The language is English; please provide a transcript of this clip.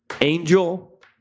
Angel